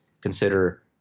consider